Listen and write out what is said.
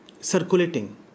circulating